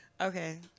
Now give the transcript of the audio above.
Okay